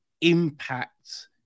impact